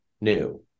new